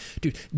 dude